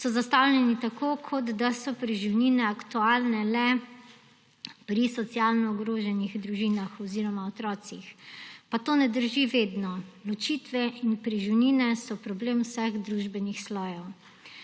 so zastavljeni tako, kot da so preživnina aktualne le pri socialno ogroženih družinah oziroma otrocih. Pa to vedno ne drži. Ločitve in preživnine so problem vseh družbenih slojev.